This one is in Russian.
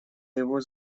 его